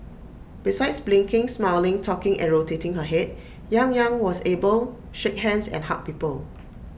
besides blinking smiling talking and rotating her Head yang Yang was able shake hands and hug people